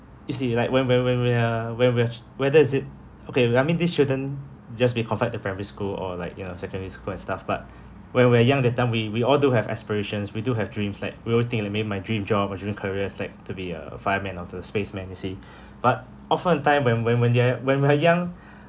you see like when when when we're when we're whether is it okay I mean this shouldn't just be compared to primary school or like you know secondary school and stuff but when we're young that time we we all do have aspirations we do have dreams like we'll always think like maybe my dream job or dreaming career is like to be a fireman or the spaceman you see but often time when when when they're young when they're young